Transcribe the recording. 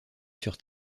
sur